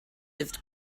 with